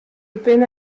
pinne